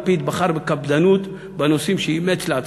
לפיד בחר בקפדנות בנושאים שאימץ לעצמו.